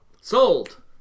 Sold